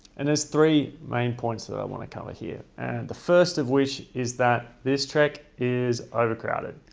and there's three main points that i want to cover here and the first of which is that this trek is overcrowded.